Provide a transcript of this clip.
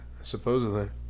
Supposedly